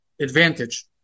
advantage